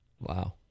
Wow